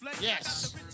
Yes